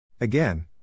Again